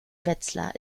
wetzlar